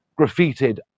graffitied